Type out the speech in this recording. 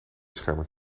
schermen